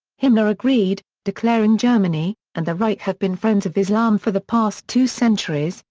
himmler agreed, declaring germany and the reich have been friends of islam for the past two centuries,